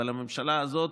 אבל הממשלה הזאת,